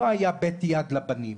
לא היה בית יד לבנים.